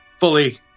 Fully